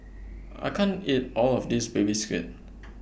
I can't eat All of This Baby Squid